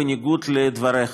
בניגוד לדבריך,